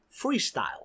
freestyle